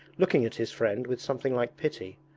looking at his friend with something like pity.